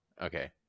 okay